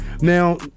Now